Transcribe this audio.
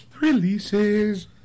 Releases